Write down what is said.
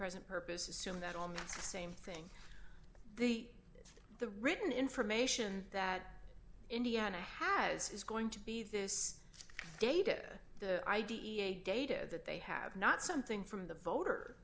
present purpose assume that on that same thing the the written information that indiana has is going to be this data the i d e a data that they have not something from the voter